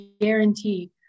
guarantee